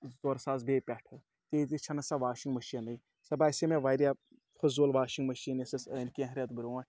زٕ ژور ساس بیٚیہِ پٮ۪ٹھٕ تیٖتِس چھَنہٕ سۄ واشنٛگ مٔشیٖنٕے سۄ باسے مےٚ واریاہ فٔضوٗل واشِنٛگ مِشیٖن یۄس اَسِہ أنۍ کینٛہہ رٮ۪تھ برونٛٹھ